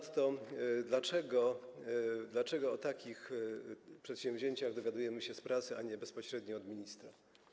Dlaczego o takich przedsięwzięciach dowiadujemy się z prasy, a nie bezpośrednio od ministra?